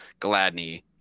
Gladney